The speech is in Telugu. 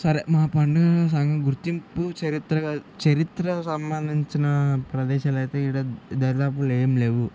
సరే మా పండుగా సంఘ గుర్తింపు చరిత్రకాదు చరిత్ర సంబంధించిన ప్రదేశాలైతే ఇక్కడ దరిదాపుల్లో ఏం లేవు